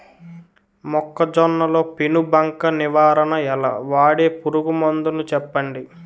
మొక్కజొన్న లో పెను బంక నివారణ ఎలా? వాడే పురుగు మందులు చెప్పండి?